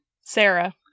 Sarah